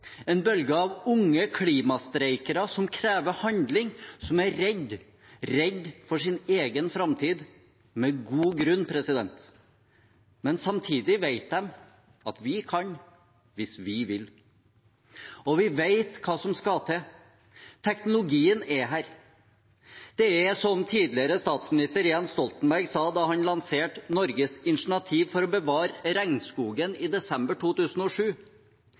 en bølge av unge klimastreikere som krever handling, som er redde, redde for sin egen framtid – med god grunn. Men samtidig vet de at vi kan, hvis vi vil. Vi vet hva som skal til. Teknologien er her. Det er som tidligere statsminister Jens Stoltenberg sa da han lanserte Norges initiativ for å bevare regnskogen i desember 2007,